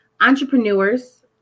entrepreneurs